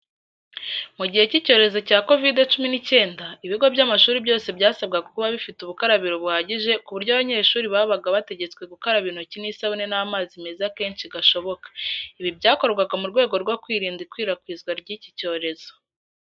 Mu gihe cy'icyorezo cya Kovide cumi n'icyenda, ibigo by'amashuri byose byasabwaga kuba bifite ubukarabiro buhagije ku buryo abanyesguri babaga bategetswe gukaraba intoki n'isabune n'amazi meza kenshi gashoboka. Ibi byakorwaga mu rwego rwo kwirinda ikwirakwizwa ry'iki cyorezo.